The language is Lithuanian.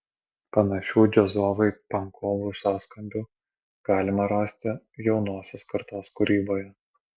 panašių džiazovai pankovų sąskambių galima rasti jaunosios kartos kūryboje